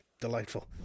delightful